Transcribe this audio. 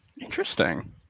Interesting